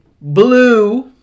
blue